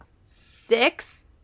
six